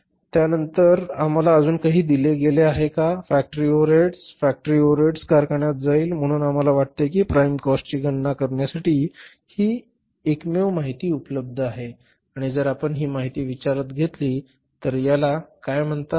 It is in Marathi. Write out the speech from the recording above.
आणि वेतनानंतर आम्हाला अजून काही दिले गेले आहे का फॅक्टरी ओव्हरहेड्स फॅक्टरी ओव्हरहेड्स कारखान्यात जातील म्हणून मला वाटते की प्राईम काॅस्ट ची गणना करण्यासाठी ही एकमेव माहिती उपलब्ध आहे आणि जर आपण ही माहिती विचारात घेतली तर याला काय म्हणतात